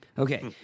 Okay